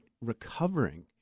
recovering